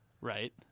right